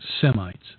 Semites